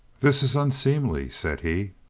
this is unseemly, said he.